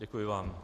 Děkuji vám.